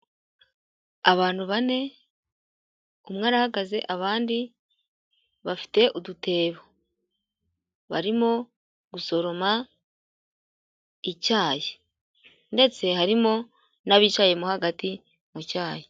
Abantu bane umwe ara ahahagaze abandi bafite udutebo, barimo gusoroma icyayi ndetse harimo n'abicayemo hagati mu cyayi.